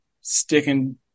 sticking